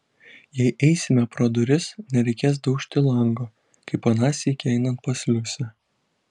jei eisime pro duris nereikės daužti lango kaip aną sykį einant pas liusę